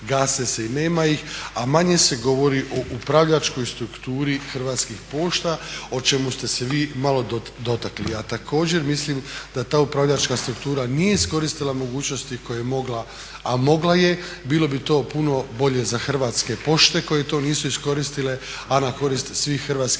gase se i nema ih, a manje se govori o upravljačkoj strukturi Hrvatskih pošta o čemu ste se vi malo dotakli. A također mislim da ta upravljačka struktura nije iskoristila mogućnosti koje je mogla, a mogla je. Bilo bi to puno bolje za Hrvatske pošte koje to nisu iskoristile, a na korist svih hrvatskih